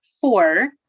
four